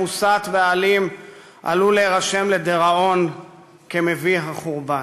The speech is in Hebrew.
המוסת והאלים עלול להירשם לדיראון כמביא החורבן.